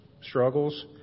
struggles